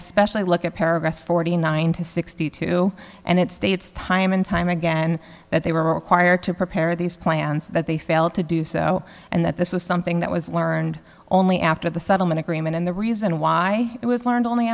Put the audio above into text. especially look at paragraph forty nine to sixty two and it states time and time again that they were required to prepare these plans that they failed to do so and that this was something that was learned only after the settlement agreement and the reason why it was learned only